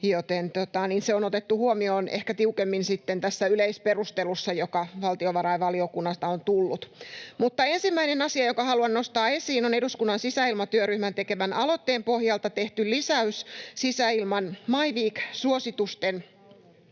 se on otettu huomioon ehkä tiukemmin sitten näissä yleisperusteluissa, jotka valtiovarainvaliokunnasta ovat tulleet. Ensimmäinen asia, jonka haluan nostaa esiin, on eduskunnan sisäilmatyöryhmän tekemän aloitteen pohjalta tehty lisäys sisäilman Majvik-suositusten